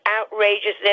outrageousness